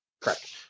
Correct